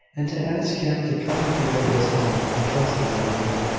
and to ask him to come here this moment. i trust you, my dear.